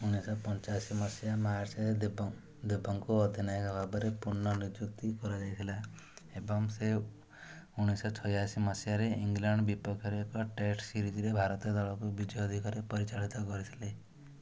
ଉଣେଇଶହ ପଞ୍ଚାଅଶୀ ମସିହା ମାର୍ଚ୍ଚରେ ଦେବଙ୍କୁ ଅଧିନାୟକ ଭାବରେ ପୁନଃନିଯୁକ୍ତ କରାଯାଇଥିଲା ଏବଂ ସେ ଉଣେଇଶହ ଛୟାଅଶୀ ମସିହାରେ ଇଂଲଣ୍ଡ ବିପକ୍ଷରେ ଏକ ଟେଷ୍ଟ ସିରିଜ୍ରେ ଭାରତୀୟ ଦଳକୁ ବିଜୟ ଦିଗରେ ପରିଚାଳିତ କରିଥିଲେ